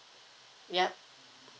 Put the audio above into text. yup